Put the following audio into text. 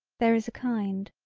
there is a kind.